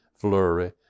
flurry